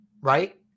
right